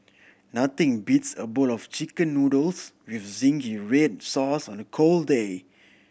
nothing beats a bowl of Chicken Noodles with zingy red sauce on a cold day